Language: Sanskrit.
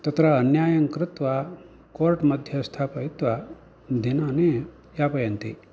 तत्र अन्यायं कृत्वा कोर्ट् मध्ये स्थापयित्वा दिनानि यापयन्ति